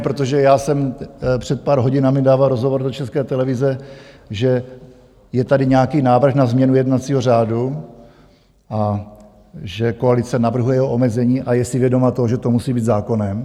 Protože já jsem před pár hodinami dával rozhovor do České televize, že je tady nějaký návrh na změnu jednacího řádu a že koalice navrhuje jeho omezení a je si vědoma toho, že to musí být zákonem.